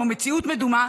כמו מציאות מדומה,